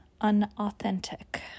unauthentic